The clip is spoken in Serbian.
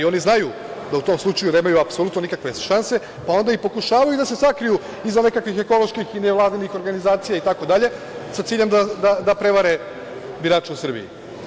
Oni znaju da u tom slučaju nemaju apsolutno nikakve šanse, pa onda i ne pokušavaju da se sakriju iza nekakvih ekoloških i nevladinih organizacija itd, sa ciljem da prevare birače u Srbiji.